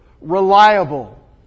reliable